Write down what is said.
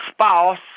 spouse